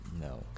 No